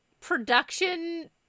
production